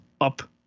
Up